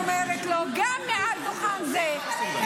מי תקף אותך --- רדאחה, רדאחה.